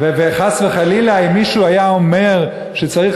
חס וחלילה אם מישהו היה אומר שצריך